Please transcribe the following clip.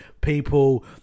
people